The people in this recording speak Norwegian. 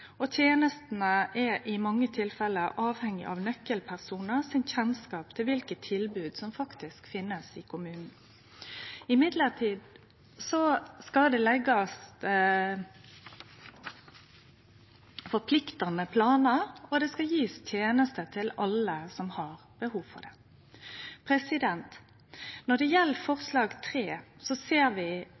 og tenestene er i mange tilfelle avhengige av nøkkelpersonars kjennskap til kva for tilbod som faktisk finst i kommunen. Det skal leggast forpliktande planar, og det skal gis tenester til alle som har behov for det. Når det gjeld forslag til III, ser vi